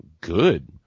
good